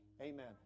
Amen